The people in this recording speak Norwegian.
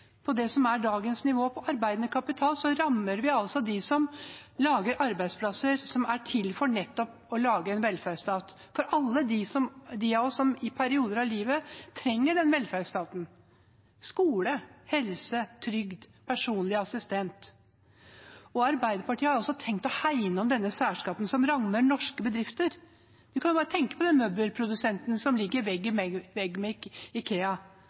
på det som er dagens nivå på arbeidende kapital, så rammer vi altså dem som lager arbeidsplasser, som er til for nettopp å lage en velferdsstat for alle de av oss som i perioder av livet trenger den velferdsstaten: skole, helse, trygd, personlig assistent. Arbeiderpartiet har altså tenkt å hegne om denne særskatten som rammer norske bedrifter. Man kan bare tenke på de møbelprodusentene som ligger vegg i